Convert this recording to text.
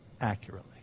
accurately